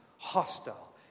hostile